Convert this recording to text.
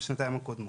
בשנתיים הקודמות.